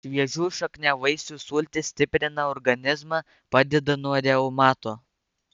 šviežių šakniavaisių sultys stiprina organizmą padeda nuo reumato